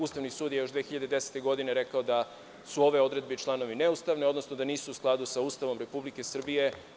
Ustavni sud je još 2010. godine rekao da su ove odredbe i članovi neustavni, odnosno da nisu u skladu sa Ustavom Republike Srbije.